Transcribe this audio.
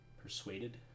Persuaded